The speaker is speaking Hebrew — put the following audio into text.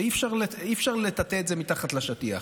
ואי-אפשר לטאטא את זה מתחת לשטיח.